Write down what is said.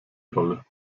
rolle